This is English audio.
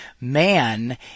man